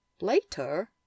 Later